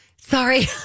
Sorry